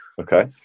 Okay